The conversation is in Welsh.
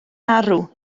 arw